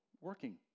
working